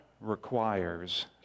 requires